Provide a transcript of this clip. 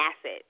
asset